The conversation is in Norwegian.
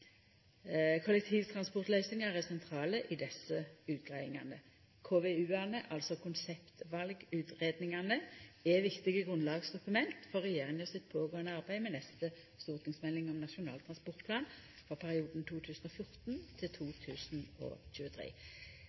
Kollektivtransportløysingar er sentrale i desse utgreiingane. KVU-ane – altså konseptvalutgreiingane – er viktige grunnlagsdokument for regjeringa sitt pågåande arbeid med neste stortingsmelding om Nasjonal transportplan for perioden